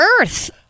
Earth